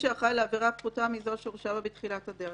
שאחראי לעבירה פחותה מזו שהורשע בה בתחילת הדרך.